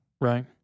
Right